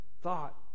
thought